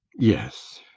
yes,